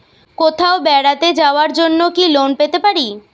কোথাও বেড়াতে যাওয়ার জন্য কি লোন পেতে পারি?